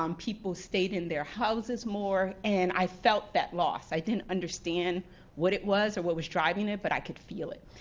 um people stayed in their houses more and i felt that loss. i didn't understand what it was or what was driving it, but i could feel it.